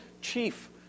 chief